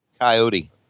coyote